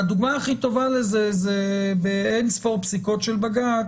הדוגמה הכי טובה של זה היא שבאין-ספור פסיקות של בג"ץ